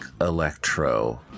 Electro